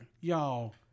y'all